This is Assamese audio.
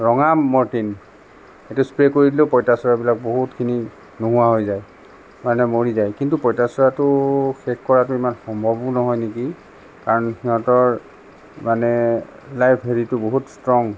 ৰঙা মৰটিন এইটো স্প্ৰে কৰি দিলেও পঁইতাচোৰাবিলাক বহুত খিনি নোহোৱা হৈ যায় মানে মৰি যায় কিন্তু পঁইতাচোৰাটো শেষ কৰাটো ইমান সম্ভৱো নহয় নেকি কাৰণ সিহঁতৰ মানে লাইফ হেৰিটো বহুত স্ট্ৰং